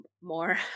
more